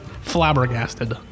flabbergasted